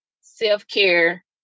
self-care